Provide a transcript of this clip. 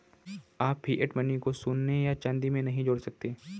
आप fiat money को सोने या चांदी से नहीं जोड़ सकते